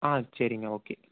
ஆ சரிங்க ஓகே